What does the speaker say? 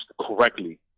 correctly